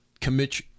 commit